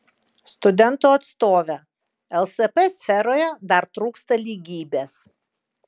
studentų atstovė lsp sferoje dar trūksta lygybės